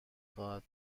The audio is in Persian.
خواهد